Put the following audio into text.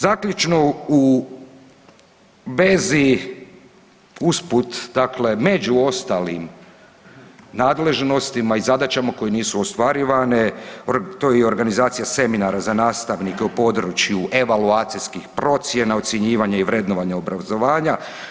Zaključno u vezi usput dakle među ostalim nadležnostima i zadaćama koje nisu ostvarivane to je i organizacija seminara za nastavnike u području evaluacijskih procjena, ocjenjivanja i vrednovanja obrazovanja.